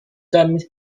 diamond